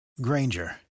Granger